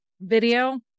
video